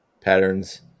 patterns